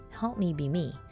HELPMEBEME